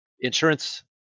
Insurance